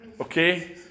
okay